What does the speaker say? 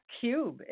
cube